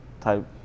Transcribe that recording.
type